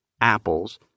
apples